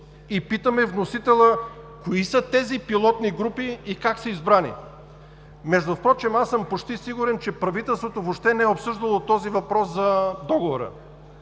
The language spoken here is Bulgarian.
И питаме вносителя: кои са тези пилотни групи и как са избрани? Междувпрочем аз съм почти сигурен, че правителството въобще не е обсъждало този въпрос за Договора.